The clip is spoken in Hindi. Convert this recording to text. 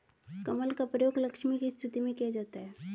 कमल का प्रयोग लक्ष्मी की स्तुति में किया जाता है